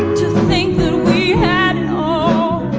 think that we had it all